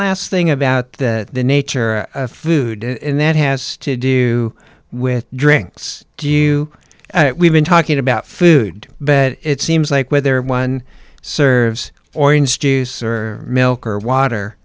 last thing about the nature of food and that has to do with drinks do you we've been talking about food but it seems like whether one serves orange juice or milk or water